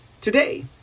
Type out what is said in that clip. today